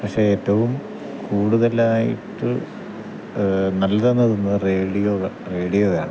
പക്ഷെ ഏറ്റവും കൂടുതലായിട്ട് നല്ലത് റേഡിയോകൾ റേഡിയോയാണ്